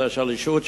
של השלישות,